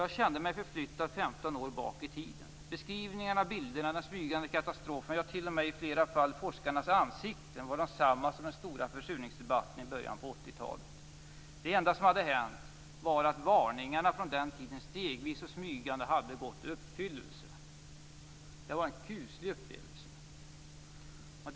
Jag kände mig förflyttad 15 år tillbaka i tiden. Beskrivningarna, bilderna, den smygande katastrofen, ja t.o.m. i flera fall forskarnas ansikten, var desamma som i den stora försurningsdebatten i början av 80 talet. Det enda som hade hänt var att varningarna från den tiden stegvis och smygande hade gått i uppfyllelse. Det var en kuslig upplevelse.